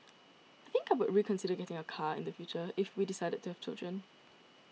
I think I would reconsider getting a car in the future if we decided to have children